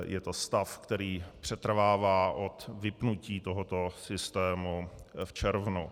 Je to stav, který přetrvává od vypnutí tohoto systému v červnu.